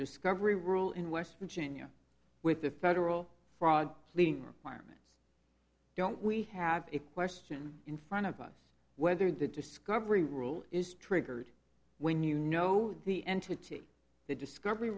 discovery rule in west virginia with the federal fraud leading fireman's don't we have a question in front of us whether the discovery rule is triggered when you know the entity the discovery